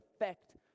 effect